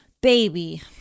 Baby